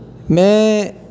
में